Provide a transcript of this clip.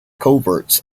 coverts